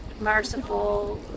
merciful